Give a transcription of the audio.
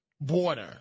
border